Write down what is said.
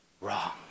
Wrong